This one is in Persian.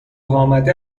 آمده